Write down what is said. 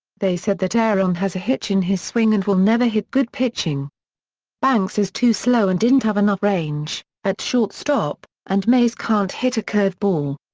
they said that aaron has a hitch in his swing and will never hit good pitching banks is too slow and didn't have enough range at shortstop, and mays can't hit a curveball.